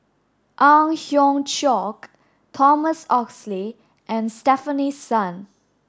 Ang Hiong Chiok Thomas Oxley and Stefanie Sun